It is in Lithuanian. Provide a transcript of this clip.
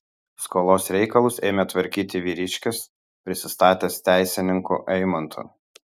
skolos reikalus ėmė tvarkyti vyriškis prisistatęs teisininku eimantu